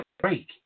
break